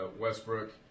Westbrook